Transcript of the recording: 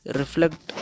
reflect